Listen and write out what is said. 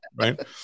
right